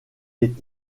est